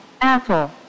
Apple